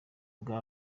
bwa